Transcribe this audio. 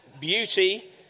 Beauty